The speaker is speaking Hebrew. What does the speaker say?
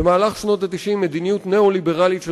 במהלך שנות ה-90 מדיניות ניאו-ליברלית של